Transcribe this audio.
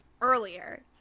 earlier